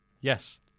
Yes